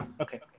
okay